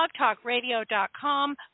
blogtalkradio.com